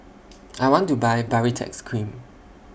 I want to Buy Baritex Cream